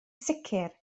sicr